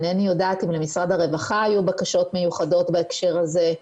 אינני יודעת אם למשרד הרווחה היו בקשות מיוחדות בהקשר הזה,